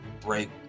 break